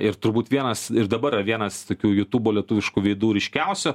ir turbūt vienas ir dabar yra vienas tokių jutubo lietuviškų veidų ryškiausių